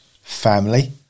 family